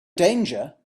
danger